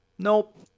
nope